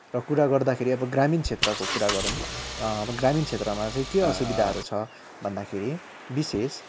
र अब कुरा गर्दाखेरि ग्रामीण क्षेत्रको कुरा गरौँ अब ग्रामीण क्षेत्रहरूमा चाहिँ के असुविधाहरू छ भन्दाखेरि विशेष